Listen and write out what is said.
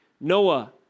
Noah